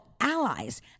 allies